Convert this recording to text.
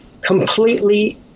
completely –